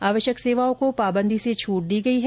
आवश्यक सेवाओं को पाबंदी से छूट दी गई है